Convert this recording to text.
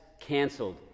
canceled